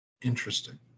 Interesting